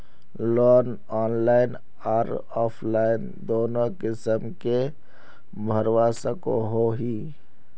Loan online आर offline दोनों किसम के भरवा सकोहो ही?